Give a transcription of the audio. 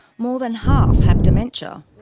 more than half have dementia.